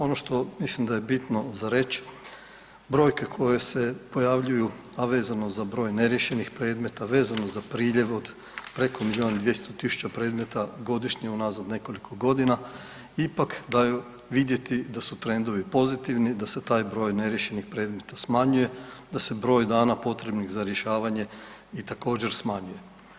Ono što mislim da je bitno za reći brojke koje se pojavljuju a vezano za broj neriješenih predmeta, vezano za priljev od preko milijun i dvjesto tisuća predmeta godišnje unazad nekoliko godina ipak daju vidjeti da su trendovi pozitivni, da se taj broj neriješenih predmeta smanjuje, da se broj dana potrebnih za rješavanje i također smanjuje.